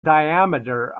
diameter